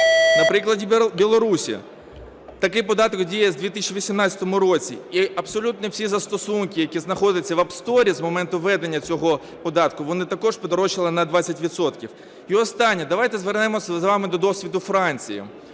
На прикладі Білорусі. Такий податок діє з 2018 року. І абсолютно всі застосунки, які знаходяться в App Store з моменту введення цього податку, вони також подорожчали на 20 відсотків. І останнє. Давайте звернемося з вами до досвіду Франції.